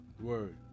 Word